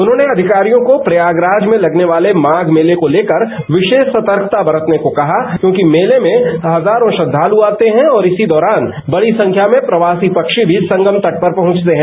उन्होंने अविकारियों को प्रयागराज में लगने वाले माघ मेले को लेकर विशेष सतर्कता बरतने को कहा क्योंकि मेले में हजारों श्रद्वालु आते हैं और इसी दौरान बड़ी संख्या में प्रवासी पक्षी भी संगम तट पर पहुंचते हैं